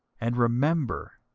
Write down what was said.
and remember,